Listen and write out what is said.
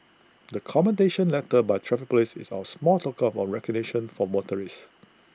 the commendation letter by traffic Police is our small token of recognition for motorists